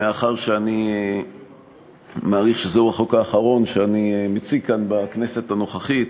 מאחר שאני מעריך שזהו החוק האחרון שאני מציג כאן בכנסת הנוכחית,